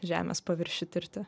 žemės paviršių tirti